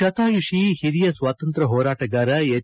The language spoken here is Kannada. ಶತಾಯುಷಿ ಹಿರಿಯ ಸ್ವಾತಂತ್ರ್ಮ ಹೋರಾಟಗಾರ ಎಚ್